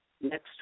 next